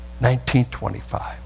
1925